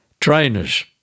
Trainers